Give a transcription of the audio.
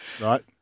right